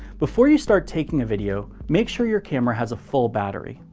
before you start taking a video, make sure your camera has a full battery.